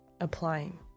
applying